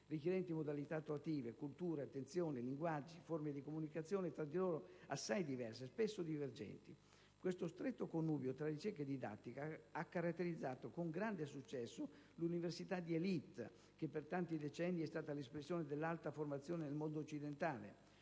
richiedono modalità attuative, culture, attenzioni, linguaggi, forme di comunicazione tra di loro assai diverse, spesso divergenti. Questo stretto connubio tra ricerca e didattica ha caratterizzato con grande successo l'università di *élite*, che per tanti decenni è stata l'espressione dell'alta formazione nel mondo occidentale.